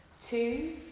two